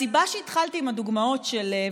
הסיבה שהתחלתי עם הדוגמאות של,